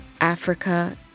Africa